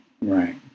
Right